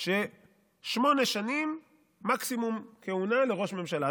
ששמונה שנים מקסימום כהונה לראש ממשלה.